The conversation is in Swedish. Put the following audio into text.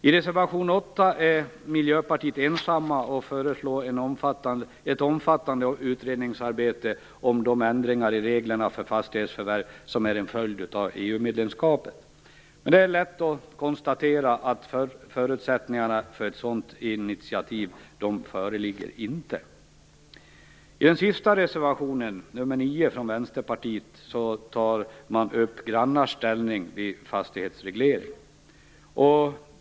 I reservation 8 är miljöpartisterna ensamma om att föreslå ett omfattande utredningsarbete om de ändringar i reglerna för fastighetsförvärv som är en följd av EU-medlemskapet. Det är lätt att konstatera att förutsättningarna för ett sådant initiativ inte föreligger. I den sista reservationen, nr 9, från Vänsterpartiet tar man upp grannars ställning vid fastighetsreglering.